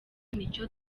n’icyo